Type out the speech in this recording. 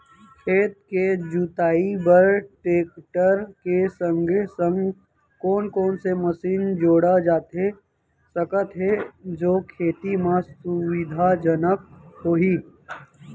खेत के जुताई बर टेकटर के संगे संग कोन कोन से मशीन जोड़ा जाथे सकत हे जो खेती म सुविधाजनक होही?